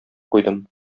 куйдым